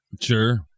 Sure